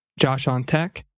joshontech